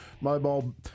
mobile